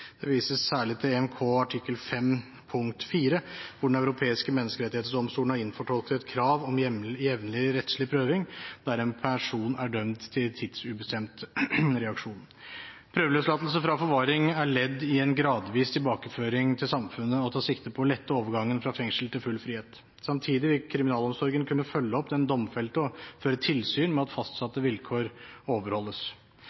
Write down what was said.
Det vises særlig til EMK artikkel 5.4, hvor Den europeiske menneskerettighetsdomstolen har innfortolket et krav om jevnlig rettslig prøving der en person er dømt til tidsubestemt reaksjon. Prøveløslatelse fra forvaring er ledd i en gradvis tilbakeføring til samfunnet og tar sikte på å lette overgangen fra fengsel til full frihet. Samtidig vil kriminalomsorgen kunne følge opp den domfelte og føre tilsyn med at